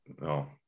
No